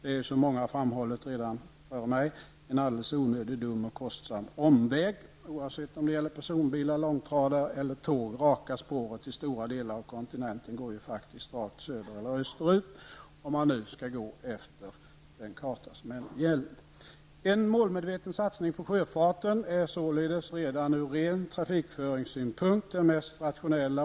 Det är ju -- som så många har framhållit -- en alldeles onödig, dum och kostsam omväg, oavsett om det gäller personbilar, långtradare eller tåg. Raka spåret till stora delar av kontinenten går ju faktiskt rakt söder eller öster ut, om man nu skall gå efter den karta som ändå gäller. En målveten satsning på sjöfarten är således redan från ren trafikföringssynpunkt det mest rationella.